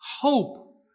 Hope